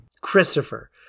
Christopher